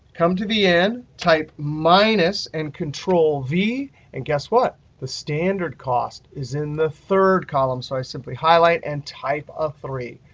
come to the end, type minus and control-v. and guess what? the standard cost is in the third column. so i simply highlight and type a three.